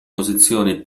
posizioni